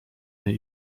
niej